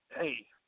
Hey